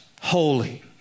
holy